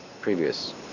previous